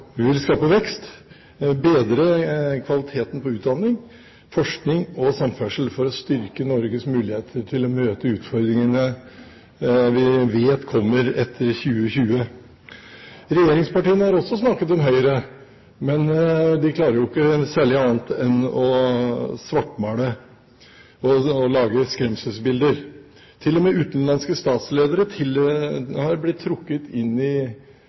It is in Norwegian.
Vi vil skape vekst, bedre kvaliteten på utdanning, forskning og samferdsel for å styrke Norges muligheter til å møte utfordringene vi vet kommer etter 2020. Regjeringspartiene har også snakket om Høyre, men de klarer ikke særlig annet enn å svartmale og lage skremselsbilder. Til og med utenlandske statsledere har blitt trukket inn i